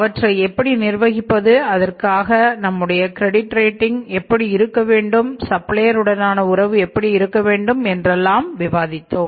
அவற்றைஎப்படி நிர்வகிப்பது அதற்காக நம்முடைய கிரெடிட் ரேட்டிங் எப்படி இருக்க வேண்டும் சப்ளையர் உடனான உறவு எப்படி இருக்க வேண்டும் என்றெல்லாம் விவாதித்தோம்